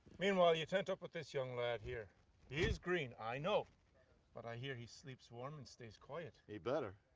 meanwhile, you turned up with this young lad here. he is green i know but i hear he sleeps warm and stays quiet. he better.